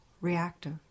reactive